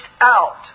out